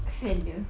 kesian dia